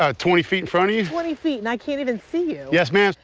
ah twenty feet from me and twenty feet, and i can't even see you. yes, ma'am.